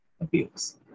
abuse